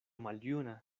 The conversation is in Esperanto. maljuna